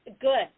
Good